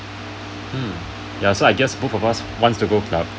um so I guess both of us want to go club